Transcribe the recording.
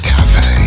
Cafe